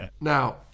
now